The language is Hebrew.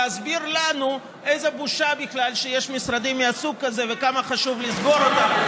להסביר לנו איזה בושה שיש משרדים מסוג כזה וכמה חשוב לסגור אותם,